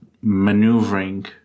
maneuvering